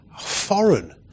foreign